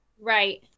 Right